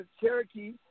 Cherokee